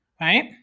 right